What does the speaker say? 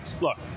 look